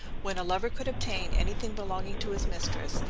when a lover could obtain any thing belonging to his mistress,